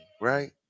Right